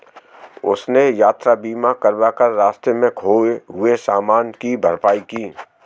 उसने यात्रा बीमा करवा कर रास्ते में खोए हुए सामान की भरपाई की